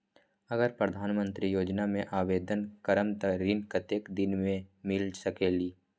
अगर प्रधानमंत्री योजना में आवेदन करम त ऋण कतेक दिन मे मिल सकेली?